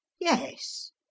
yes